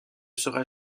sera